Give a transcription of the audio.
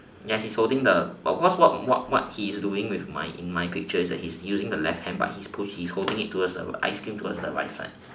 yes he is holding the of course what what he is doing with my in my picture is that he's using the left hand but he is push~ he's holding towards the ice cream towards the right side